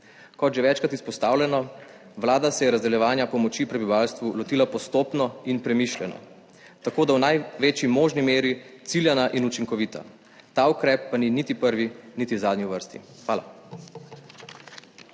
Kot že večkrat izpostavljeno, vlada se je razdeljevanja pomoči prebivalstvu lotila postopno in premišljeno, tako daje v največji možni meri ciljana in učinkovita. Ta ukrep pa ni niti prvi niti zadnji v vrsti. Hvala.